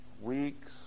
weeks